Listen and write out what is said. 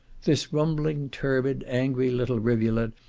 this rumbling, turbid, angry little rivulet,